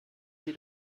sie